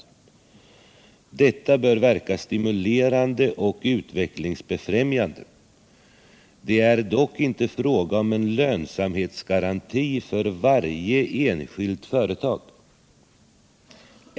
Detta bör verka stimulerande och utvecklingsbefrämjande. Det är dock inte fråga om en lönsamhetsgaranti för varje enskilt företag.